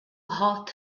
hot